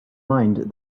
mind